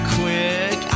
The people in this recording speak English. quick